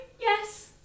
yes